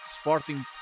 Sporting